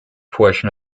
portion